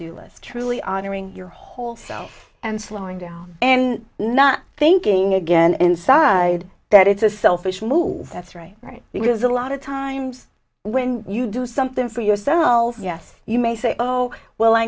do list truly honoring your whole self and slowing down and not thinking again inside that it's a selfish move that's right right because a lot of times when you do something for yourself yes you may say oh well i